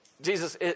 Jesus